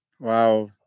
Wow